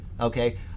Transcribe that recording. okay